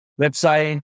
Website